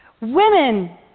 Women